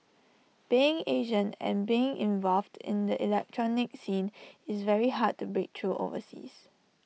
being Asian and being involved in the electronic scene IT was very hard to break through overseas